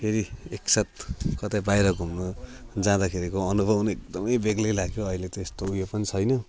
फेरि एकसाथ कतै बाहिर घुम्नु जाँदाखेरिको अनुभव नै एकदमै बेग्लै लाग्थ्यो अहिले त्यस्तो उयो पनि छैन